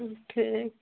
ठीक